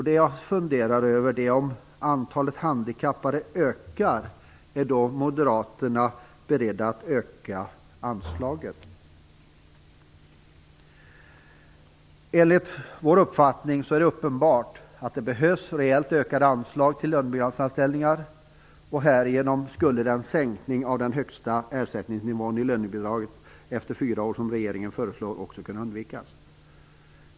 Det jag funderar över är om Moderaterna är beredda att öka anslaget om antalet arbetshandikappade ökar. Enligt vår uppfattning är det uppenbart att det behövs rejält ökade anslag till lönebidragsanställningar. Härigenom skulle den sänkning av den högsta ersättningsnivån i lönebidraget efter fyra år, som regeringen föreslår, också kunna undvikas.